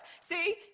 See